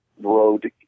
road